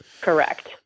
Correct